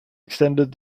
extended